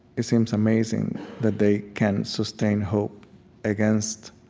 it seems amazing that they can sustain hope against